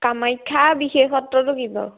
কামাখ্যা বিশেষত্বটো কি বাৰু